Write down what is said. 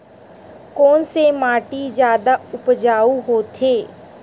कोन से माटी जादा उपजाऊ होथे?